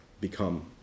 become